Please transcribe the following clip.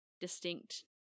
Distinct